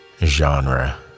genre